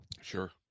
Sure